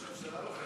ראש הממשלה לא קלט.